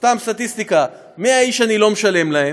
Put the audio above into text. סתם סטטיסטיקה: 100 איש, אני לא משלם להם,